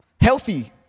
healthy